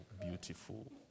beautiful